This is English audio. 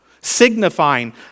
signifying